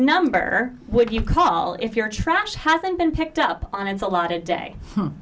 number would you call if your trash hasn't been picked up on it's a lot of day